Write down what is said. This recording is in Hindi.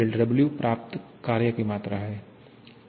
𝛿W कार्य की मात्रा है